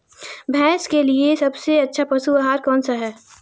भैंस के लिए सबसे अच्छा पशु आहार कौनसा है?